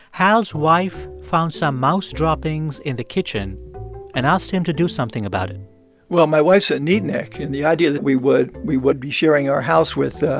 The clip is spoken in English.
hal's wife found some mouse droppings in the kitchen and asked him to do something about it well, my wife's a neatnik. and the idea that we would we would be sharing our house with,